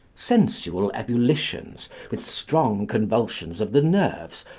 sensual ebullitions, with strong convulsions of the nerves,